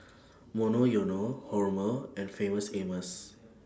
Monoyono Hormel and Famous Amos